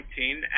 2019